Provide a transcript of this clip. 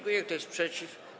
Kto jest przeciw?